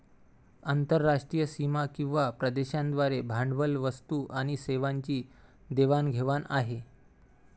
आंतरराष्ट्रीय सीमा किंवा प्रदेशांद्वारे भांडवल, वस्तू आणि सेवांची देवाण घेवाण आहे